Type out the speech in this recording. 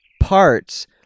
parts